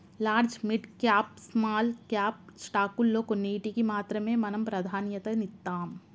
large, mid cap, small cap స్టాకుల్లో కొన్నిటికి మాత్రమే మనం ప్రాధన్యతనిత్తాం